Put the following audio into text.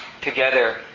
together